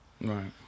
Right